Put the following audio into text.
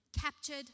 captured